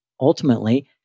ultimately